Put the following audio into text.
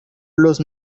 los